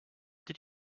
did